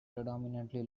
predominantly